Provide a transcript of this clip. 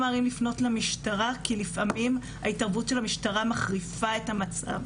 כי לפעמים ההתערבות של המשטרה מחריפה את המצב.